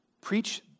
preach